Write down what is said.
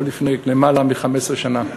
עוד לפני יותר מ-15 שנה.